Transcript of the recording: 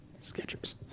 sketchers